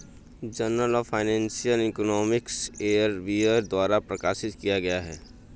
journal of financial economics Elsevier द्वारा प्रकाशित किया गया हैं